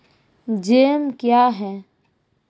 Jam क्या हैं?